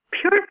pure